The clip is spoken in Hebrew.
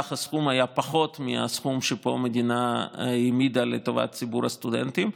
סך הסכום הוא פחות מהסכום שפה המדינה העמידה לטובת ציבור הסטודנטים.